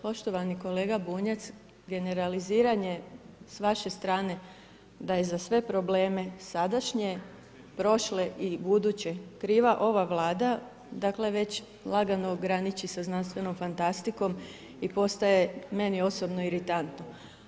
Poštovani kolega Bunjac, generaliziranje sa vaše strane da je za sve probleme sadašnje, prošle i buduće kriva ova Vlada dakle već lagano graniči sa znanstvenom fantastikom i postaje meni osobno iritantno.